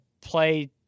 play